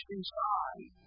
inside